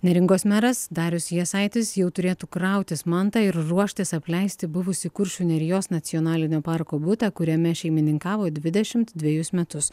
neringos meras darius jasaitis jau turėtų krautis mantą ir ruoštis apleisti buvusį kuršių nerijos nacionalinio parko butą kuriame šeimininkavo dvidešim dvejus metus